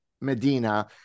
Medina